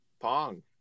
Pong